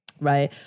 Right